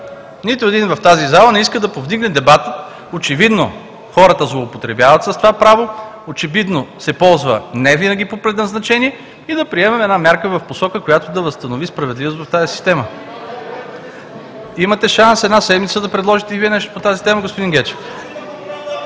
нито един в тази зала не иска да повдигне дебата. Очевидно хората злоупотребяват с това право, очевидно се ползва невинаги по предназначение и да приемем една мярка в посока, която да възстанови справедливост в тази система. (Реплики от „БСП за България“.) Имате шанс една седмица да предложите и Вие нещо по тази тема, господин Гечев.